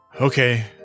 Okay